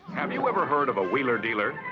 have you never heard of a wheeler dealer?